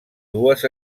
dues